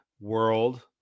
world